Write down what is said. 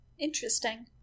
Interesting